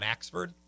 Axford